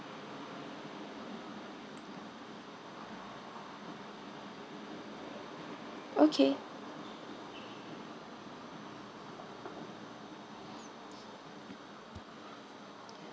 okay